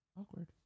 awkward